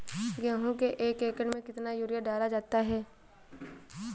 गेहूँ के एक एकड़ में कितना यूरिया डाला जाता है?